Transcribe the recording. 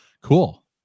cool